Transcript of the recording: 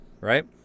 right